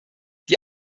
die